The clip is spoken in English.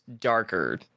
darker